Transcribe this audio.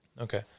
Okay